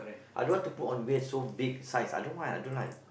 I don't want to put on weight so big size I don't want I don't like